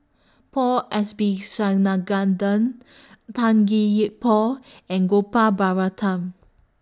Paul Tan Gee Paw and Gopal Baratham